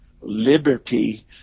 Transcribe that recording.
liberty